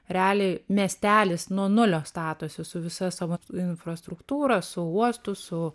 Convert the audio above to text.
realiai miestelis nuo nulio statosi su visa savo infrastruktūra su uostu su